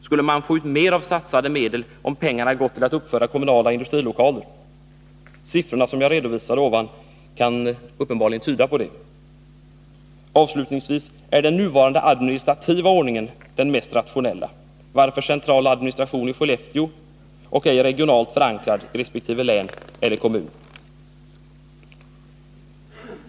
Skulle man ha fått ut mer av satsade medel om pengarna hade gått till att uppföra kommunala industrilokaler? Siffrorna som jag redovisade kan uppenbarligen tyda på det. Avslutningsvis: Är den nuvarande administrativa ordningen den mest rationella? Varför central administration i Skellefteå och ej regionalt förankrad i resp. län eller kommun?